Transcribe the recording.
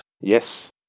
Yes